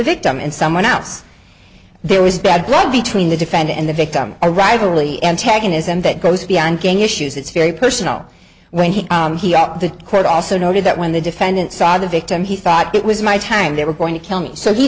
victim in someone else there was bad blood between the defendant and the victim a rival really taken ism that goes beyond gang issues it's very personal when he got the court also noted that when the defendant saw the victim he thought it was my time they were going to kill me so he